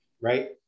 right